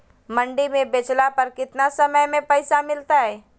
मंडी में बेचला पर कितना समय में पैसा मिलतैय?